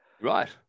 Right